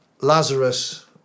Lazarus